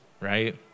Right